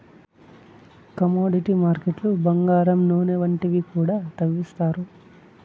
commodity మార్కెట్లు బంగారం నూనె వంటివి కూడా తవ్విత్తారు